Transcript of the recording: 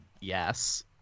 yes